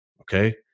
okay